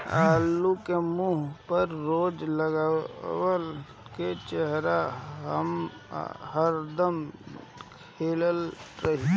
आलू के मुंह पर रोज लगावअ त चेहरा हरदम खिलल रही